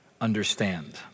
understand